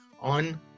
on